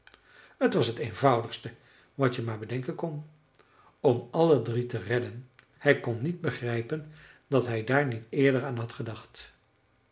t was t eenvoudigste wat je maar bedenken kon om alle drie te redden hij kon niet begrijpen dat hij daar niet eerder aan had gedacht